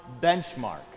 benchmark